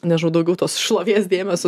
nežinau daugiau tos šlovės dėmesio